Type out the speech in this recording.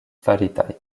faritaj